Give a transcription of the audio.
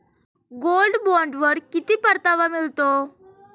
Gold बॉण्डवर किती परतावा मिळतो?